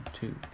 two